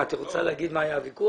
את רוצה לומר על מה היה הוויכוח?